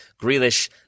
Grealish